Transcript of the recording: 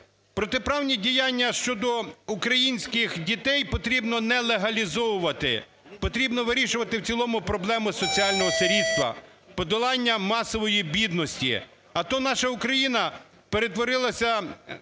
Протиправні діяння щодо українських дітей потрібно не легалізовувати, потрібно вирішувати в цілому проблему соціального сирітства, подолання масової бідності. А то наша Україна перетворилася